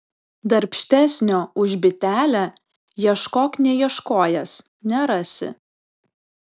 darbštesnio už bitelę ieškok neieškojęs nerasi